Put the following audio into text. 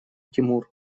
тимур